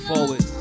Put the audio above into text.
forward